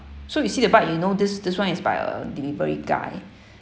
so you see the bike you know this this one is by a delivery guy